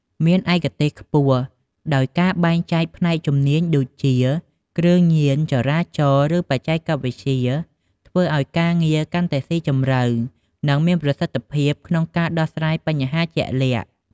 មានឯកទេសខ្ពស់ ដោយការបែងចែកផ្នែកជំនាញដូចជា គ្រឿងញៀន ចរាចរណ៍ ឬបច្ចេកវិទ្យា ធ្វើឱ្យការងារកាន់តែស៊ីជម្រៅ និងមានប្រសិទ្ធភាពក្នុងការដោះស្រាយបញ្ហាជាក់លាក់។